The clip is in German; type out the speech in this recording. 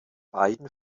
beiden